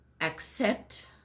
accept